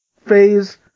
phase